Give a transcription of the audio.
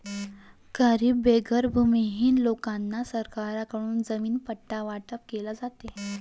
गरीब बेघर भूमिहीन लोकांना सरकारकडून जमीन पट्टे वाटप केले जाते